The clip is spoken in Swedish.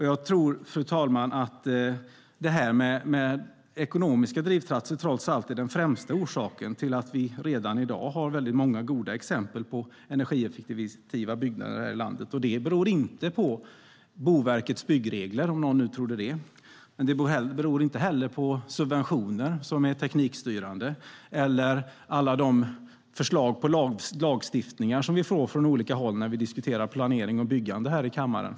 Jag tror, fru talman, att det här med ekonomiska drivkrafter trots allt är den främsta orsaken till att vi redan i dag har väldigt många goda exempel på energieffektiva byggnader här i landet. Det beror inte på Boverkets byggregler, om nu någon trodde det. Det beror inte heller på subventioner som är teknikstyrande eller alla de förslag på lagstiftningar som vi får från olika håll när vi diskuterar planering och byggande här i kammaren.